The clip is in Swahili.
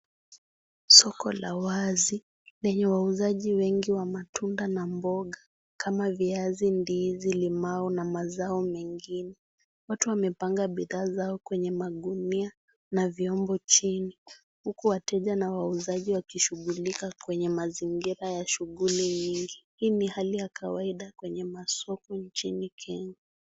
Soko la wazi lenye wauzaji wengi wa matunda na mboga kama viazi, ndizi, limau na mengine. Watu wamepanga bidhaa zao kwenye magunia na vyombo chini huku wateja na wauzaji wakishughulika kwenye mazigira ya shughuli hii. hii ni hali ya kawaida kwenye masoko nchini Kenya.